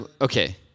okay